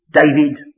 David